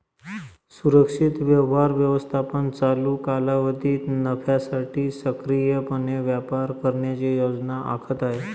सुरक्षित व्यवहार व्यवस्थापन चालू कालावधीत नफ्यासाठी सक्रियपणे व्यापार करण्याची योजना आखत आहे